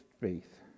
faith